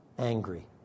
angry